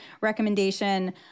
recommendation